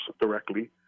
directly